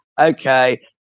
okay